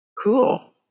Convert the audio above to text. Cool